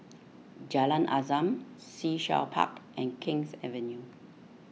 Jalan Azam Sea Shell Park and King's Avenue